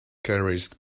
carries